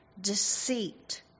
deceit